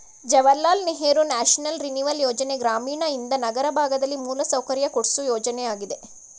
Jawahar Lal Nehru national renewal ಯೋಜನೆ ಗ್ರಾಮೀಣಯಿಂದ ನಗರ ಭಾಗದಲ್ಲಿ ಮೂಲಸೌಕರ್ಯ ಕೊಡ್ಸು ಯೋಜನೆಯಾಗಿದೆ